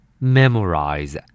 memorize